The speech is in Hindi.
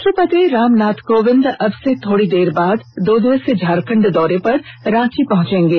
राष्ट्रपति रामनाथ कोविंद अब से कुछ ही देर बाद दो दिवसीय झारखंड दौरे पर रांची पहंचेंगे